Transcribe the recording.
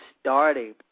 starting